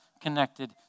connected